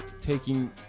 taking